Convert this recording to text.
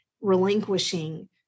relinquishing